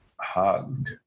hugged